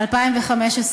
2015,